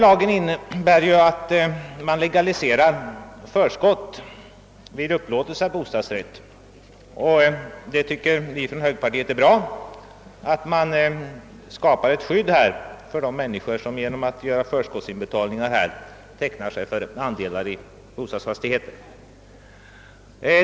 Lagen innebär att man legaliserar förskott vid upplåtelse av bostadsrätt, och vi i högerpartiet tycker att det är bra att man på detta sätt skapar ett skydd för de människor som genom att göra förskottsinbetalningar tecknar sig för andelar i bostadsfastigheter.